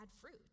fruit